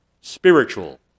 spiritual